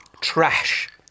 Trash